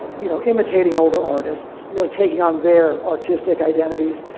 you know, imitating older artists, really taking on their artistic identities.